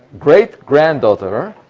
great-granddaughter